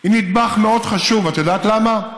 היא נדבך מאוד חשוב, את יודעת למה?